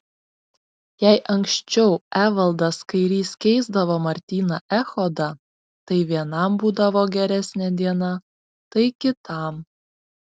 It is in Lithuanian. jei anksčiau evaldas kairys keisdavo martyną echodą tai vienam būdavo geresnė diena tai kitam